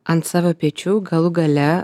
ant savo pečių galų gale